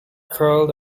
curled